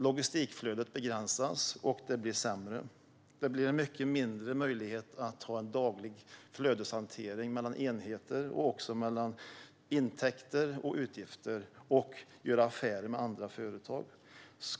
Logistikflödet begränsas och blir sämre. Det blir mycket mindre möjlighet att ha en daglig flödeshantering mellan enheter och mellan intäkter och utgifter, och möjligheten att göra affärer med andra företag begränsas också.